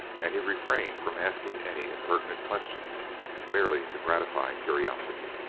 and he refrained from asking any impertinent questions merely to gratify curiosity.